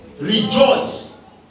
rejoice